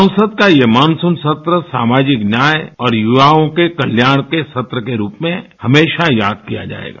संसद का ये मानसून सत्र सामाजिक न्याय और युवाओं के कल्याण के सत्र के रूप में हमेशा याद किया जाएगा